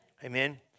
Amen